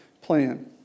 plan